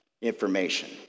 information